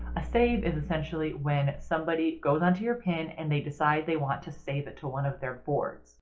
a save is essentially when somebody goes onto your pin and they decide they want to save it to one of their boards.